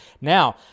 Now